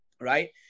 Right